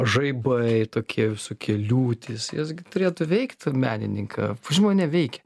žaibai tokie visokie liūtys jos gi turėtų veikt menininką pavyzdžiui mane veikia